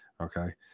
Okay